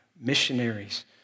Missionaries